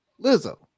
Lizzo